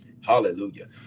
Hallelujah